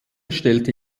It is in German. stellte